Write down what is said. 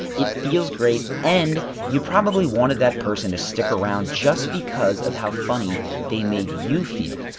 it feels great and you probably wanted that person to stick around just because of how funny they made you feel.